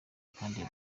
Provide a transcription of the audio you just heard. kandi